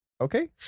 okay